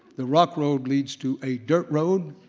the rock road leads to a dirt road,